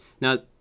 now